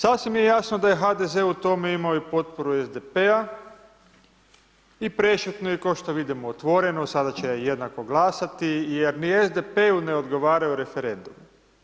Sasvim je jasno da je HDZ u tome imao i potporu SDP-a i prešutno je kao što vidimo otvoreno, sada će jednako glasati jer ni SDP-u ne odgovaraju referendumi.